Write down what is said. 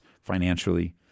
financially